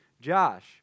Josh